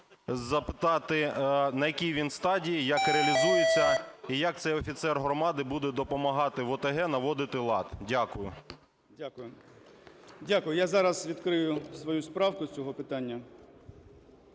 запитати, на якій він стадії, як реалізується, і як це офіцер громади буде допомагати в ОТГ наводити лад. Дякую. 10:45:43 АВАКОВ А.Б. Дякую. Я зараз відкрию свою справку з цього питання.